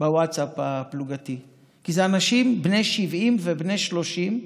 בווטסאפ הפלוגתי כי זה אנשים בני 70 ובני 30,